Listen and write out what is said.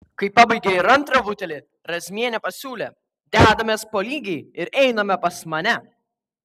kai pabaigė ir antrą butelį razmienė pasiūlė dedamės po lygiai ir einame pas mane